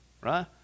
right